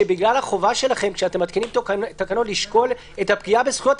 שבגלל החובה שלכם כשאתם מתקינים תקנות לשקול את הפגיעה בזכויות,